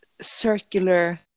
circular